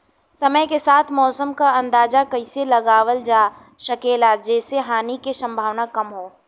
समय के साथ मौसम क अंदाजा कइसे लगावल जा सकेला जेसे हानि के सम्भावना कम हो?